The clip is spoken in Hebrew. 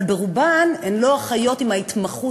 אבל רובן הן לא אחיות עם התמחות-על,